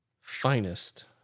finest